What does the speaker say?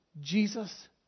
Jesus